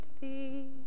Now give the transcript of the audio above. thee